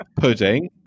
pudding